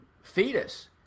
fetus